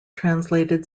translated